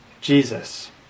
Jesus